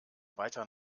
weiter